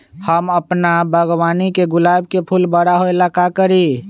हम अपना बागवानी के गुलाब के फूल बारा होय ला का करी?